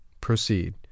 Proceed